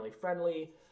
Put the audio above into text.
friendly